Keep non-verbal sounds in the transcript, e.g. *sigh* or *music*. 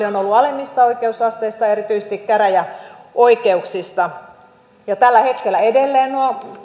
*unintelligible* on on ollut alemmista oikeusasteista erityisesti käräjäoikeuksista tällä hetkellä edelleen